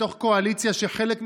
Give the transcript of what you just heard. בתוך קואליציה שחלק מחבריה,